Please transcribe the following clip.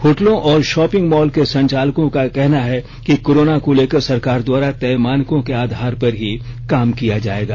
होटलों और shopping mall के संचालकों का कहना है कि कोराना को लेकर सरकार द्वारा तय मानको के आधार पर ही काम किया जायेगा